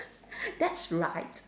that's right